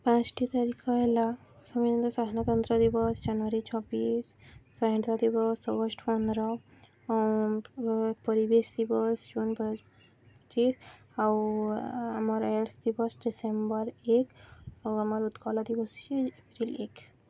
ପାଞ୍ଚଟି ତାରିଖ ହେଲା ସାଧାରଣତନ୍ତ୍ର ଦିବସ ଜାନୁଆରୀ ଛବିଶ ସ୍ୱାଧୀନତା ଦିବସ ଅଗଷ୍ଟ ପନ୍ଦର ପରିବେଶ ଦିବସ୍ ଜୁନ ପଚିଶ ଆଉ ଆମର ଏଡ୍ସ ଦିବସ୍ ଡିସେମ୍ବର ଏକ ଆଉ ଆମର ଉତ୍କଳ ଦିବସ ଏପ୍ରିଲ ଏକ